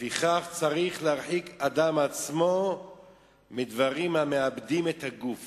"לפיכך צריך להרחיק אדם עצמו מדברים המאבדים את הגוף